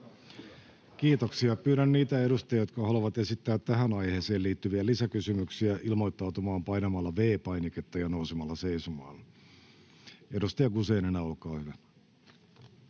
Kiitoksia. — Pyydän niitä edustajia, jotka haluavat esittää tähän aiheeseen liittyviä lisäkysymyksiä, ilmoittautumaan painamalla V-painiketta ja nousemalla seisomaan. — Edustaja Guzenina, olkaa hyvä.